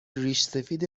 ریشسفید